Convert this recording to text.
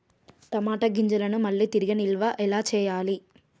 టమాట గింజలను మళ్ళీ తిరిగి నిల్వ ఎలా చేయాలి?